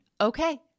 okay